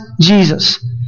Jesus